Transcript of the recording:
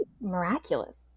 miraculous